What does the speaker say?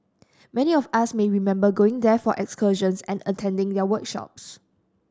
many of us may remember going there for excursions and attending their workshops